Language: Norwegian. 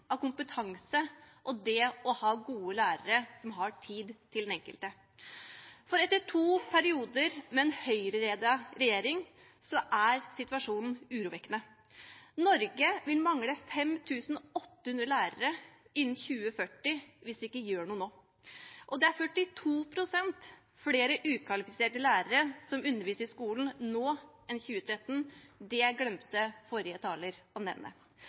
av kompetanse og det å ha gode lærere som har tid til den enkelte, for etter to perioder med en Høyre-ledet regjering er situasjonen urovekkende. Det er tidligere estimert at Norge kunne mangle 5 800 lærere innen 2040 hvis vi ikke gjør noe nå. Det var ved skolestart i fjor 42 pst. flere ukvalifiserte lærere som underviste i skolen, enn i 2013. Det glemte forrige taler